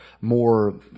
more –